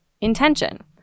intention